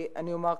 אני אומר כך.